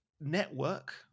network